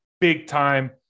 big-time